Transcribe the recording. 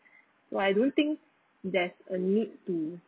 but I don't think there's a need to